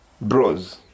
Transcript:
Bros